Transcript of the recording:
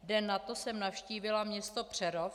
Den nato jsem navštívila město Přerov.